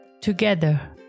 Together